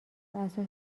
اساس